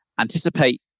anticipate